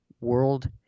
World